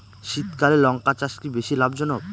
শীতকালে লঙ্কা চাষ কি বেশী লাভজনক?